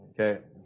Okay